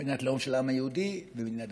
לאום של העם היהודי ומדינה דמוקרטית.